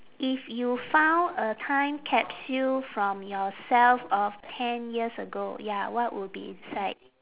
if you found a time capsule from yourself of ten years ago ya what would be inside